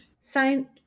sign